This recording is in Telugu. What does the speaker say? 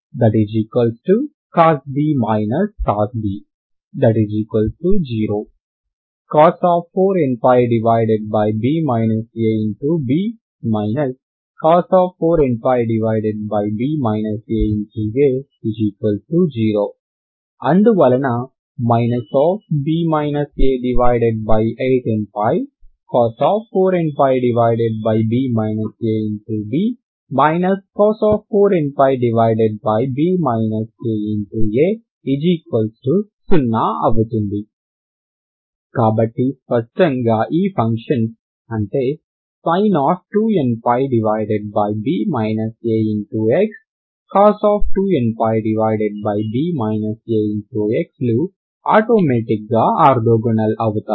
∵cosA cosB cosB4nπ cos B cos B cos B 0 ∴ cos 4nπb a b cos 4nπb a a0 అందువలన b a8nπ cos 4nπb a b cos 4nπb a a0 అవుతుంది కాబట్టి స్పష్టంగా ఈ ఫంక్షన్స్ అంటే sin 2πnb a xcos 2πnb a x లు ఆటోమేటిక్ గా ఆర్తోగోనల్ అవుతాయి